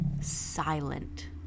silent